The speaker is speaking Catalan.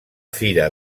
fira